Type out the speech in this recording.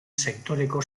sektoreko